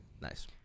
nice